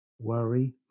Worry